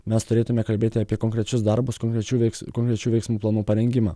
mes turėtume kalbėti apie konkrečius darbus konkrečių veiks konkrečių veiksmų planų parengimą